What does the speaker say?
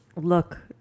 look